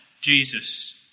Jesus